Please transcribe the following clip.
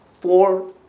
four